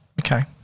Okay